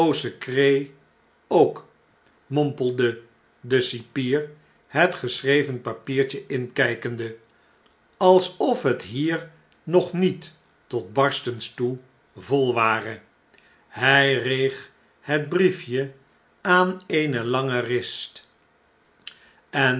mompelde de cipier het geschreven papiertje inkijkende alsof het hier nog niet tot barstens toe vol ware h j reeg het briefje aan eene lange rist en